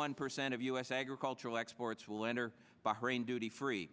one percent of u s agricultural exports will enter bahrain duty free